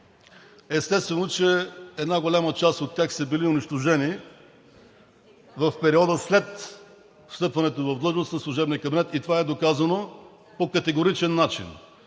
Естествено, че една голяма част от тях са били унищожени в периода след встъпването в длъжност на служебния кабинет – и това е доказано по категоричен начин,